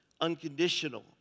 unconditional